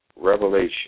revelation